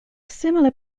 similar